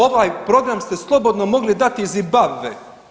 Ovaj program ste slobodno mogli dati i Zimbabve.